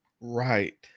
Right